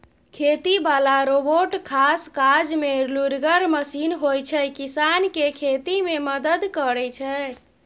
खेती बला रोबोट खास काजमे लुरिगर मशीन होइ छै किसानकेँ खेती मे मदद करय छै